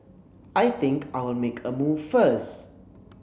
I think I'll make a move first